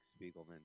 Spiegelman